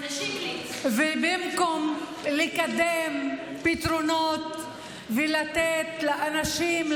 ובמקום לקדם פתרונות ולתת לאנשים,